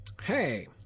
Hey